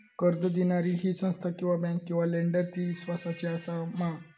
कर्ज दिणारी ही संस्था किवा बँक किवा लेंडर ती इस्वासाची आसा मा?